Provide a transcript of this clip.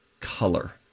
color